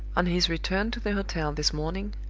on his return to the hotel this morning,